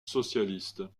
socialiste